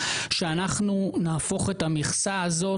שאנחנו נהפוך את המכסה הזאת,